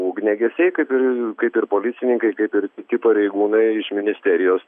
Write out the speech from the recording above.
ugniagesiai kaip ir kaip ir policininkai kaip ir kiti pareigūnai iš ministerijos